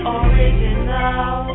original